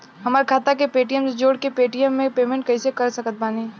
हमार खाता के पेटीएम से जोड़ के पेटीएम से पेमेंट कइसे कर सकत बानी?